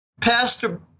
Pastor